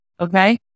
Okay